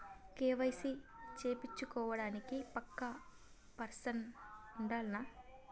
KYC చేపిచ్చుకోవడానికి పక్కా person ఉండాల్నా?